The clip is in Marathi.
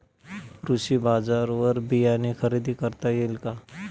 कृषी बाजारवर बियाणे खरेदी करता येतील का?